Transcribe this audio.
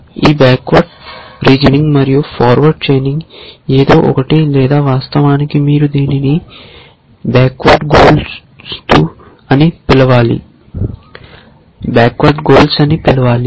ఈ backward reasoning మరియు forward chaining ఏదో ఒకటి లేదా వాస్తవానికి మీరు దీనిని బ్యాక్వర్డ్ గొలుసు అని పిలవాలి